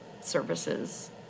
services